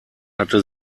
hatte